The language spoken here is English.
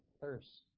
thirst